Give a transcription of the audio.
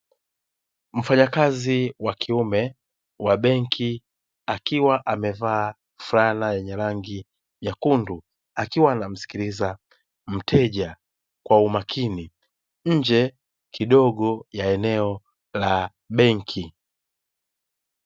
Mfanyakazi wa kiume wa benki akiwa amevaa fulana yenye rangi nyekundu, akiwa anamsikiliza mteja kwa umakini nje kidogo ya eneo la benki.